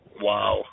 Wow